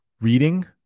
reading